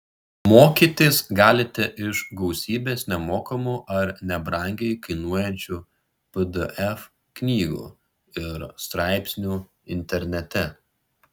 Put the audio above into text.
mokytis galite iš gausybės nemokamų ar nebrangiai kainuojančių pdf knygų ir straipsnių internete